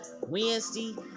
Wednesday